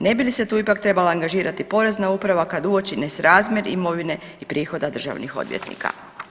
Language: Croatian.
Ne bi li se tu ipak trebala angažirati Porezna uprava kad uoči nesrazmjer imovine i prihoda državnih odvjetnika.